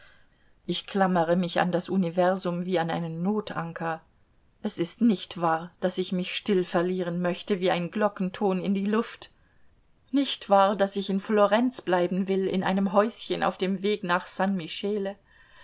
ich klammere mich an das universum wie an einen notanker es ist nicht wahr daß ich mich still verlieren möchte wie ein glockenton in die luft nicht wahr daß ich in florenz bleiben will in einem häuschen auf dem weg nach san michele